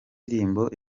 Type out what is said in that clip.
indirimbo